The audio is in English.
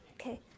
Okay